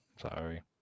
Sorry